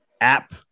app